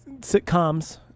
sitcoms